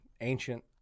ancient